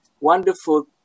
wonderful